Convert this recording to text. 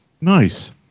nice